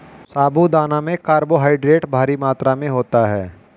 साबूदाना में कार्बोहायड्रेट भारी मात्रा में होता है